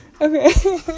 okay